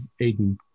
Aiden